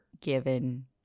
given